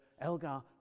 Elgar